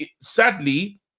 sadly